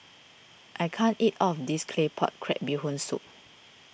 I can't eat all of this Claypot Crab Bee Hoon Soup